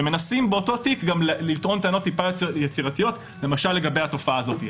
ומנסים באותו תיק גם לטעון טענות טיפה יצירתיות למשל לגבי התופעה הזאת.